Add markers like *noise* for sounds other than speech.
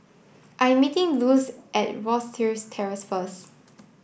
I'm meeting Luz at *unintelligible* Terrace first